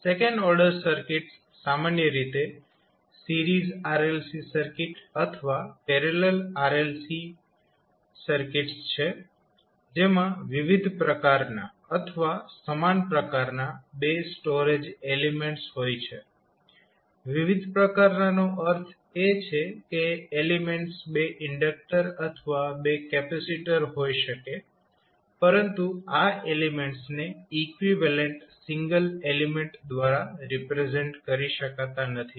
second order circuits સામાન્ય રીતે series RLC circuit અથવા પેરેલલ RLC સર્કિટ્સ છે જેમાં વિવિધ પ્રકારનાં અથવા સમાન પ્રકારનાં બે સ્ટોરેજ એલીમેન્ટ્સ હોય છે સમાન પ્રકારના નો અર્થ એ છે કે એલીમેન્ટ્સ બે ઇન્ડક્ટર્સ અથવા બે કેપેસિટર હોઈ શકે છે પરંતુ આ એલીમેન્ટ્સને ઇકવીવેલેન્ટ સિંગલ એલીમેન્ટ દ્વારા રિપ્રેઝેન્ટ કરી શકાતા નથી